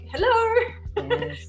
hello